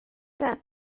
that